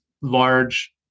large